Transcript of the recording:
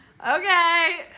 Okay